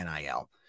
NIL